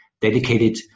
dedicated